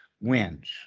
wins